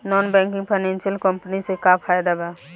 Non banking financial company से का फायदा बा?